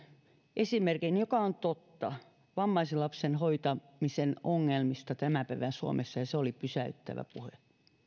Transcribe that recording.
esimerkin joka on totta vammaisen lapsen hoitamisen ongelmista tämän päivän suomessa ja se oli pysäyttävä puhe